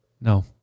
No